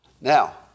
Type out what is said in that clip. Now